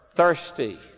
thirsty